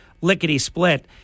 lickety-split